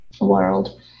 world